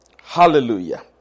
Hallelujah